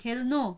खेल्नु